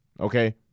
Okay